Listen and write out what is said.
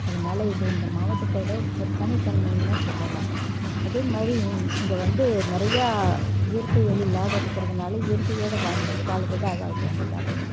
அதனால இது இந்த மாவட்டத்தோட ஒரு தனித்தன்மைன்னே சொல்லலாம் அதேமாதிரி இங்கே வந்து நிறையா இயற்கை எழிலோட இருக்கிறதுனால இயற்கையோட வாழ்ந்தது வாழுவது வாழுறாங்க எல்லாருமே